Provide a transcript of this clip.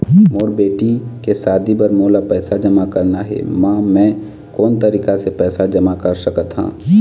मोर बेटी के शादी बर मोला पैसा जमा करना हे, म मैं कोन तरीका से पैसा जमा कर सकत ह?